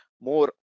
more